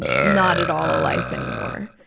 and not at all a life anymore.